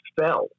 fell